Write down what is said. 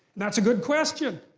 that's a good question.